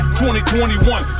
2021